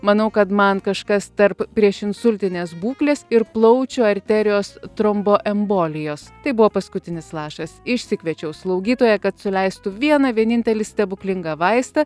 manau kad man kažkas tarp priešinsultinės būklės ir plaučių arterijos tromboembolijos tai buvo paskutinis lašas išsikviečiau slaugytoją kad suleistų vieną vienintelį stebuklingą vaistą